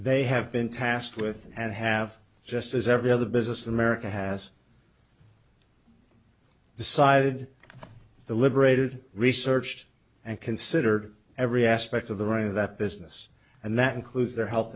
they have been tasked with and have just as every other business in america has decided the liberated researched and considered every aspect of the writing of that business and that includes their health